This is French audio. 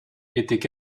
étaient